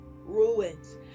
ruins